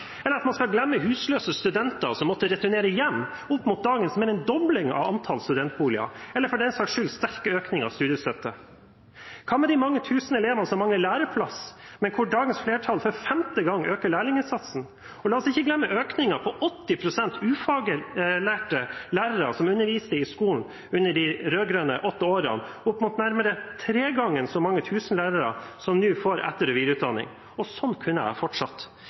eller at man skal glemme husløse studenter som måtte returnere hjem, opp mot dagens mer enn dobling av antall studentboliger, eller for den saks skyld den sterke økningen av studiestøtten. Hva med de mange tusen elevene som mangler læreplass, men der dagens flertall for femte gang øker lærlingsatsen? Og la oss ikke glemme økningen på 80 pst. ufaglærte lærere som underviste i skolen under de åtte rød-grønne årene, opp mot nærmere tre ganger så mange tusen lærere som nå får etter- og videreutdanning. Sånn kunne jeg ha fortsatt.